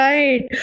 Right